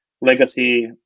legacy